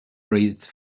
breathes